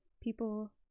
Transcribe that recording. people